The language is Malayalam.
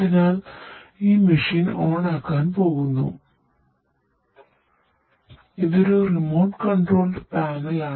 അതിനാൽ ഞാൻ മെഷീൻ ഇത് ഒരു റിമോട്ട് കൺട്രോൾഡ് പാനൽ